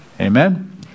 Amen